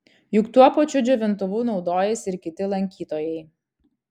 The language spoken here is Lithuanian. juk tuo pačiu džiovintuvu naudojasi ir kiti lankytojai